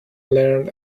learned